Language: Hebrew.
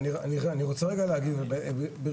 אני רוצה רגע להגיב ברשותך.